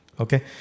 Okay